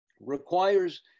requires